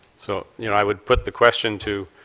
so you know i would put the question to